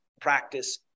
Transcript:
practice